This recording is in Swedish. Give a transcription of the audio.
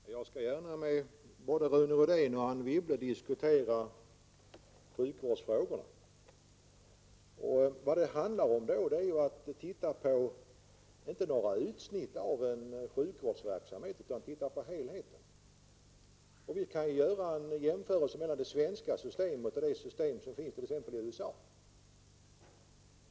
Herr talman! Jag skall gärna med både Rune Rydén och Anne Wibble diskutera sjukvårdsfrågorna. Vad det handlar om är inte att titta på några delar av en sjukvårdsverksamhet, utan att titta på helheten. Vi kan göra en jämförelse mellan det svenska systemet och det system som finns t.ex. i USA.